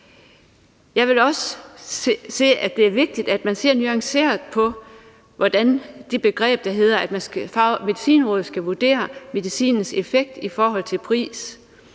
Jeg vil også sige, at det er vigtigt, at man ser nuanceret på det begreb, der hedder, at Medicinrådet skal vurdere medicinens effekt i forhold til pris.